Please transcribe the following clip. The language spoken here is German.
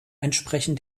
entsprechen